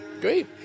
great